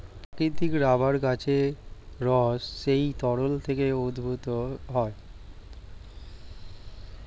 প্রাকৃতিক রাবার গাছের রস সেই তরল থেকে উদ্ভূত হয়